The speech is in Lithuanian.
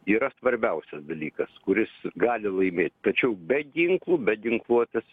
yra svarbiausias dalykas kuris gali laimėt tačiau be ginklų be ginkluotės